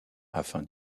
afin